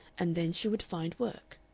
and then she would find work.